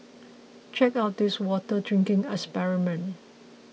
check out this water drinking experiment